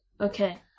Okay